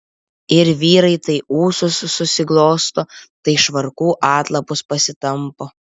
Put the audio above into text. ir vyrai tai ūsus susiglosto tai švarkų atlapus pasitampo